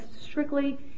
strictly